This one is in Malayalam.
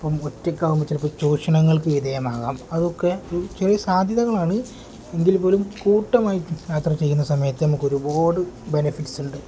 ഇപ്പം ഒറ്റക്കാവുമ്പോൾ ചിലപ്പോൾ ച്യൂഷണങ്ങൾക്ക് വിധേയമാകാം അതൊക്കെ ഒരു ചെറിയ സാധ്യതകളാണ് എങ്കിൽ പോലും കൂട്ടമായിട്ട് യാത്ര ചെയ്യുന്ന സമയത്ത് നമുക്ക് ഒരുപാട് ബെനഫിറ്റ്സ് ഉണ്ട്